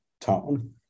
tone